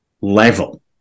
level